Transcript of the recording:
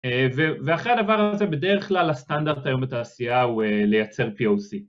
ואחרי הדבר הזה בדרך כלל הסטנדרט היום בתעשייה הוא לייצר POC